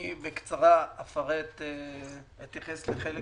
בקצרה אתייחס לחלק